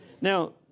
Now